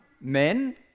men